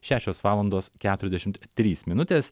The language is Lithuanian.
šešios valandos keturiasdešimt trys minutės